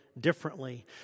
differently